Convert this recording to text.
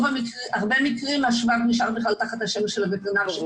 בהרבה מקרים השבב נשאר בכלל תחת השם של הווטרינר ש-